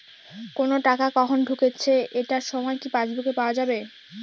কোনো টাকা কখন ঢুকেছে এটার সময় কি পাসবুকে পাওয়া যাবে?